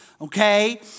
okay